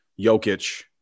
Jokic